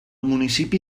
municipi